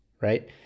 Right